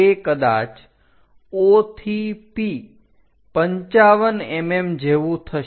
તે કદાચ O થી P 55 mm જેવું થશે